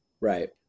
Right